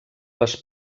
les